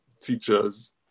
teachers